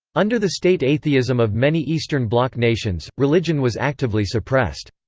under the state atheism of many eastern bloc nations, religion was actively suppressed.